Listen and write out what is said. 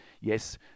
yes